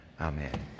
Amen